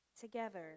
Together